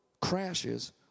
crashes